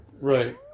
Right